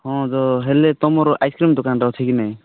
ହଁ ତ ହେଲେ ତୁମର ଆଇସ୍କ୍ରିମ୍ ଦୋକାନଟେ ଅଛି କି ନାଇଁ